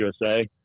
USA